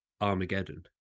Armageddon